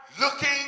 looking